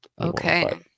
Okay